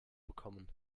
bekommen